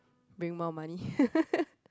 bring more money